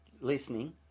listening